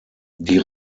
die